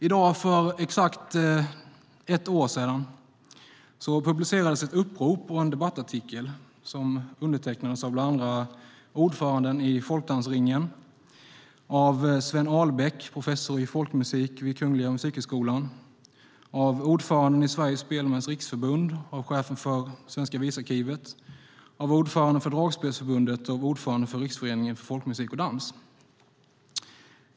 I dag för exakt ett år sedan publicerades ett upprop och en debattartikel som undertecknades av bland andra ordföranden i Folkdansringen, av Sven Ahlbäck, professor i folkmusik vid Kungliga Musikhögskolan, av ordföranden i Sveriges Spelmäns Riksförbund, av chefen för Svenskt visarkiv, av ordföranden för Sveriges Dragspelares Riksförbund och av ordföranden för Riksförbundet för Folkmusik och Dans.